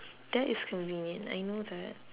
that is convenient I know that